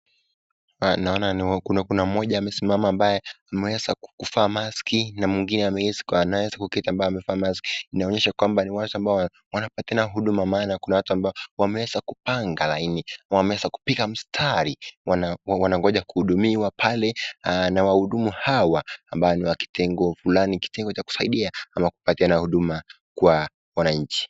Naona Kuna moja ameweza kuvaa maski na mwingine ameweza kuketi amevaa maski inaonyesha kwamba ni watu ambao wana patana Huduma maana Kuna watu ambao wameweza kupanga laini wameweza kupika mstari wanangojea kuhudumiwa pale na wahudumu Hawa ambao ni wa kitengo fula kitengo cha kusaidia ama kupatiana huduma kwa wananchi.